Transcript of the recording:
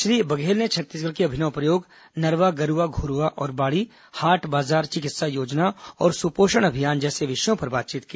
श्री बघेल ने छत्तीसगढ़ के अभिनव प्रयोग नरवा गरुवा घुरुवा और बाड़ी हाट बाजार चिकित्सा योजना और सुपोषण अभियान जैसे विषयों पर बातचीत की